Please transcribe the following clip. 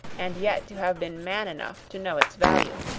and yet to have been man enough to know its value.